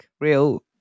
real